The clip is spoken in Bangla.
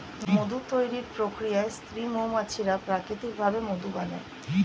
মধু তৈরির প্রক্রিয়ায় স্ত্রী মৌমাছিরা প্রাকৃতিক ভাবে মধু বানায়